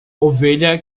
ovelha